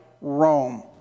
Rome